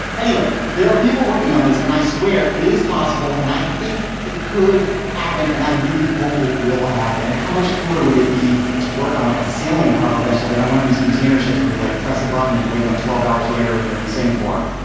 anyway, there are people working on this and i swear it is possible and i think it could happen and i really hope it will happen. and how much cooler would it be to work on like a sailing cargo vessel than on one of these container ships where you, like, press a button and wake up to twelve hours later and you're in singapore?